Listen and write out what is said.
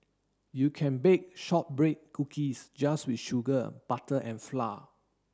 you can bake shortbread cookies just with sugar butter and flour